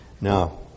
Now